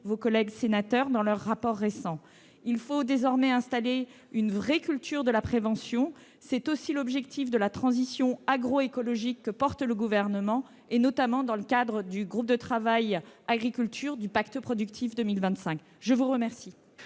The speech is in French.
vos collègues sénateurs dans leur rapport récent. Il faut désormais installer une vraie culture de la prévention. C'est aussi l'objectif de la transition agroécologique que porte le Gouvernement, notamment dans le cadre du groupe de travail « Agriculture » du pacte productif 2025. Nous en